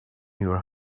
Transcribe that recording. your